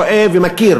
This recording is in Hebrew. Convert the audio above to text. רואה ומכיר